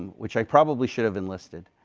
which i probably should have enlisted,